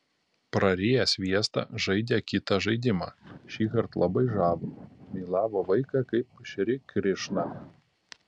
prariję sviestą žaidė kitą žaidimą šįkart labai žavų mylavo vaiką kaip šri krišną